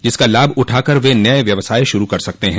जिसका लाभ उठाकर वे नये व्यवसाय शुरू कर सकते हैं